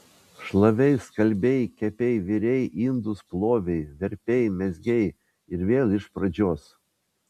šlavei skalbei kepei virei indus plovei verpei mezgei ir vėl iš pražios